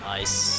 Nice